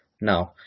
Now